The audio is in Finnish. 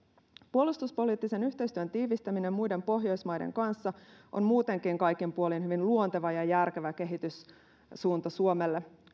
puolustuspoliittisen yhteistyön tiivistäminen muiden pohjoismaiden kanssa on muutenkin kaikin puolin hyvin luonteva ja järkevä kehityssuunta suomelle